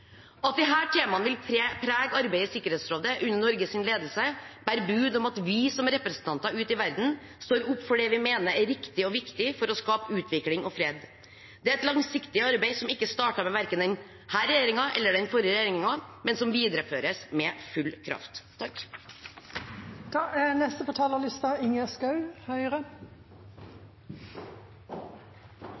At disse temaene vil prege arbeidet i Sikkerhetsrådet under Norges ledelse, bærer bud om at vi som representanter ute i verden står opp for det vi mener er riktig og viktig for å skape utvikling og fred. Det er et langsiktig arbeid som ikke startet med verken denne regjeringen eller den forrige regjeringen, men som videreføres med full kraft. Det er